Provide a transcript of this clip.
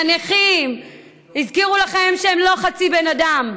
הנכים הזכירו לכם שהם לא חצי בן אדם,